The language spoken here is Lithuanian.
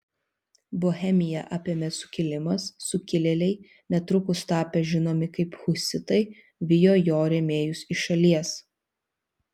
bohemiją apėmė sukilimas sukilėliai netrukus tapę žinomi kaip husitai vijo jo rėmėjus iš šalies